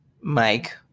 Mike